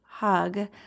Hug